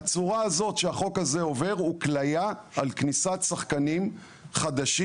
הצורה הזאת שהחוק הזה עובר הוא כלייה על כניסת שחקנים חדשים,